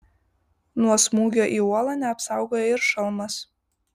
nuo smūgio į uolą neapsaugojo ir šalmas